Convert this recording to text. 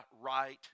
right